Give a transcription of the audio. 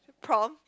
prom